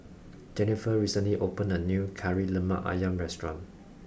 Jenniffer recently opened a new Kari Lemak Ayam restaurant